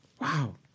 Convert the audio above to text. Wow